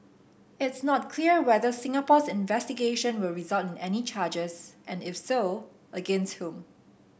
it's not clear whether Singapore's investigation will result in any charges and if so against whom